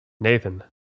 Nathan